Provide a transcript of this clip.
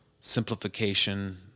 simplification